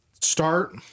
start